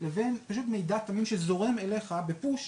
לבין פשוט מידע תמים שזורם אליך ב"דחיפה",